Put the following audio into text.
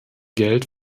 geld